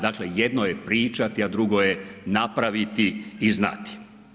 Dakle jedno je pričati a drugo je napraviti i znati.